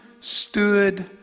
Stood